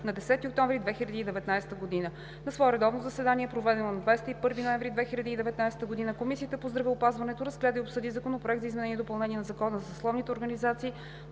на 10 октомври 2019 г. На свое редовно заседание, проведено на 21 ноември 2019 г., Комисията по здравеопазването разгледа и обсъди Законопроект за изменение и допълнение на Закона за съсловните организации